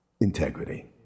Integrity